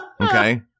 Okay